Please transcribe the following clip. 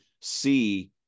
see